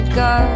go